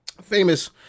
Famous